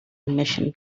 emission